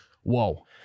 Whoa